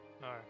No